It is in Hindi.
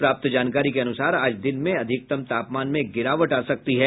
प्राप्त जानकारी के अनुसार आज दिन में अधिकतम तापमान में गिरावट आ सकती है